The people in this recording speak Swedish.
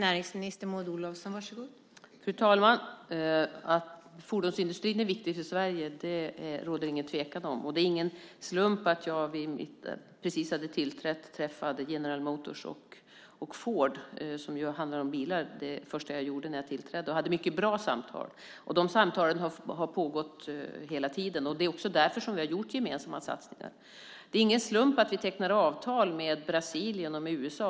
Fru talman! Att fordonsindustrin är viktig för Sverige råder det ingen tvekan om. Det är ingen slump att jag precis när jag hade tillträtt träffade General Motors och Ford, och det handlar om bilar. Jag hade mycket bra samtal med dem. Dessa samtal har pågått hela tiden. Det är också därför som vi har gjort gemensamma satsningar. Det är ingen slump att vi tecknar avtal med Brasilien och med USA.